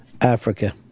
Africa